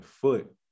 foot